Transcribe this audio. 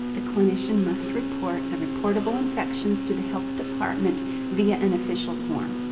the clinician must report the reportable infections to the health department via an official form.